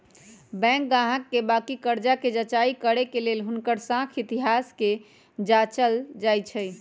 bank गाहक के बाकि कर्जा कें जचाई करे के लेल हुनकर साख इतिहास के जाचल जाइ छइ